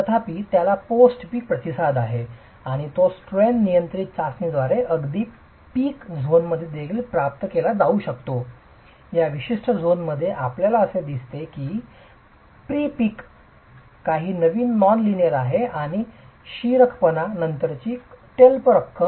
तथापि त्याला post peak प्रतिसाद आहे आणि तो स्ट्रेन नियंत्रित चाचणीद्वारे आणि अगदी पीक झोनमध्ये देखील प्राप्त केला जाऊ शकतो या विशिष्ट झोनमध्ये आपल्याला असे दिसते आहे की प्री पीकमध्ये काही नॉन लीनेअर आहे आणि शिखरपणा नंतरची अत्यल्प रक्कम